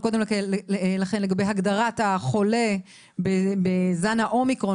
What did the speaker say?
הנקודה הראשונה היא הגדרת החולה בזמן האומיקרון